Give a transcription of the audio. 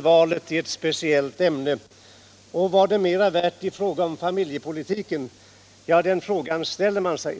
valet i ett speciellt ämne. Var det som sades i fråga om familjepolitiken mer värt? Den frågan ställer man sig.